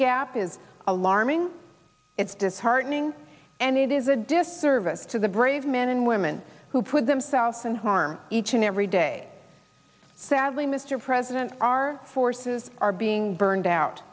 gap is alarming it's disheartening and it is a disservice to the brave men and women who put themselves in harm's each and every day sadly mr president our forces are being burned out